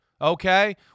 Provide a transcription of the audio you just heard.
okay